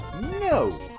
No